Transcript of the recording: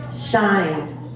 shine